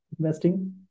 investing